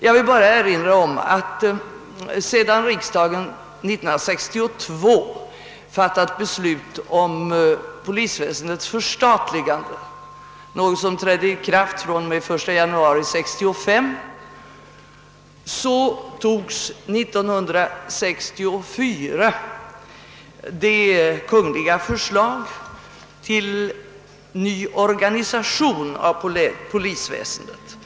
Jag vill erinra om att sedan riksdagen 1962 fattat beslut om polisväsendets förstatligande — som trädde i kraft den 1 januari 1965 — ett kungl. förslag till ny organisation av polisväsendet antogs.